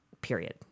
period